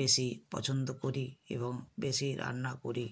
বেশি পছন্দ করি এবং বেশি রান্না করি